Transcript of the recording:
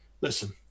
Listen